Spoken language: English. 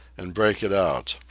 and break it out.